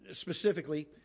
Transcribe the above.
specifically